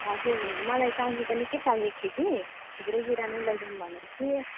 हजुर मलाई चाहिनु त निकै चाहिएको थियो कि थुप्रै कुरा नै लैजाउँ भनेको थिएँ